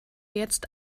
jetzt